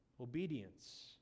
Obedience